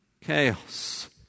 chaos